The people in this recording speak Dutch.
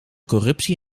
corruptie